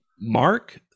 Mark